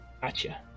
Gotcha